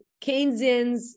Keynesians